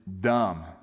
dumb